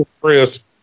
chris